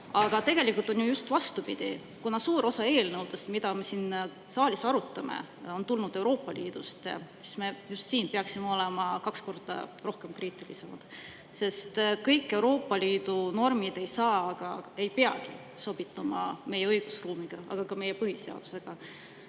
Aga tegelikult on ju just vastupidi. Kuna suur osa eelnõudest, mida me siin saalis arutame, on tulnud Euroopa Liidust, siis me just peaksime olema kaks korda kriitilisemad, sest kõik Euroopa Liidu normid ei saa, ega ei peagi, sobituda meie õigusruumiga ega [olla vastavuses]